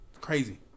crazy